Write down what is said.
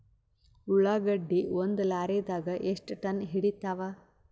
ಉಳ್ಳಾಗಡ್ಡಿ ಒಂದ ಲಾರಿದಾಗ ಎಷ್ಟ ಟನ್ ಹಿಡಿತ್ತಾವ?